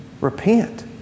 Repent